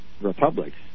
republics